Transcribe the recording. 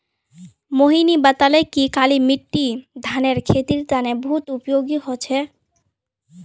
मोहिनी बताले कि काली मिट्टी धानेर खेतीर तने बहुत उपयोगी ह छ